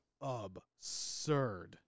absurd